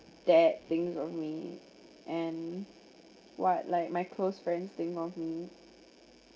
dad thinks of me and what like my close friends think of me